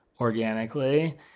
organically